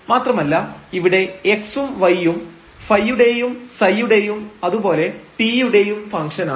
മാത്രമല്ല ഇവിടെ x ഉം y ഉം ϕ യുടെയും ψ യുടെയും അതുപോലെ t യുടെയും ഫംഗ്ഷനാണ്